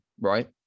right